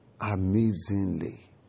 Amazingly